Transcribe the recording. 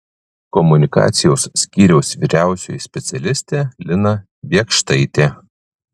komunikacijos skyriaus vyriausioji specialistė lina biekštaitė